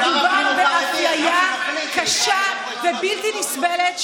מדובר באפליה קשה ובלתי נסבלת,